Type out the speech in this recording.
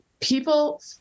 people